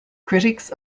critics